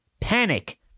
Panic